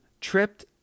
tripped